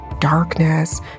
Darkness